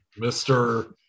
Mr